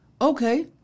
Okay